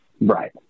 Right